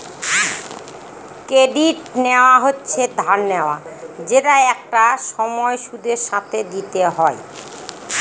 credit নেওয়া হচ্ছে ধার নেওয়া যেটা একটা সময় সুদের সাথে দিতে হয়